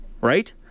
right